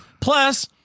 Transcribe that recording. plus